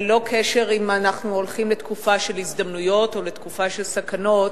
ללא קשר אם אנחנו הולכים לתקופה של הזדמנויות או לתקופה של סכנות,